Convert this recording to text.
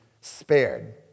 spared